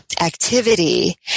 activity